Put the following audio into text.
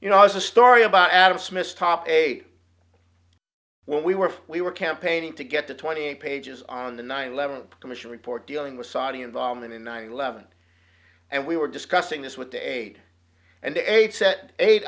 you know was a story about adam smith's top eight when we were we were campaigning to get the twenty eight pages on the nine eleven commission report dealing with saudi involvement in nine eleven and we were discussing this with the aide and